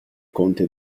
conte